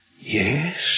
Yes